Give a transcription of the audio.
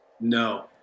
No